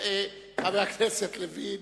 חבר הכנסת לוין.